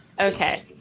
Okay